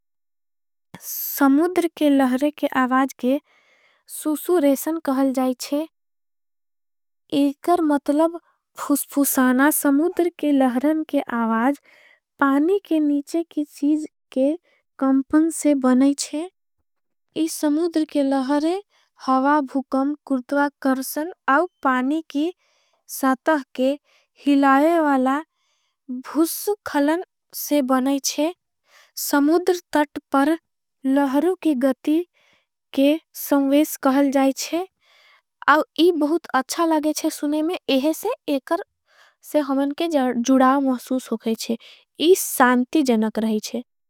समुद्र के लहरे के आवाज के सूसूरेशन कहल जाईछे एकर। मतलब फुस्फुसाना समुद्र के लहरण के आवाज पानी के। नीचे की चीज के कंपन से बनाईछे इस समुद्र के लहरे हवा। भुकम कुर्टवा करसन आव पानी की सतह के हिलावेवाला। भुस्फुखलन से बनाईछे समुद्र तट पर लहर की गती के। सम्वेश कहल जाईछे आव इह बहुत अच्छा लागेछे सुने। में समुद्र तट पर लहरे हवा भुस्फुखलन से बनाईछे।